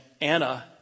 Anna